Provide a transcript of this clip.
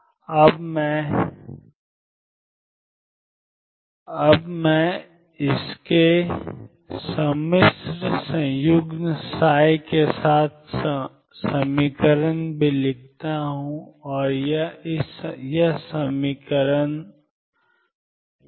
अब मैं इसके सम्मिश्र संयुग्म के लिए समीकरण भी लिखता हूँ और यह iℏ∂t 22m2x2Vx हो जाता है